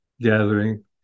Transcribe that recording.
gathering